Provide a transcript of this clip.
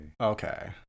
okay